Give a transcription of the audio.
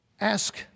Ask